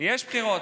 יש בחירות.